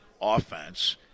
offense